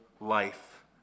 life